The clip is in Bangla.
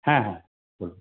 হ্যাঁ হ্যাঁ বলুন